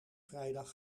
vrijdag